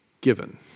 given